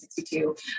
1962